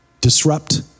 Disrupt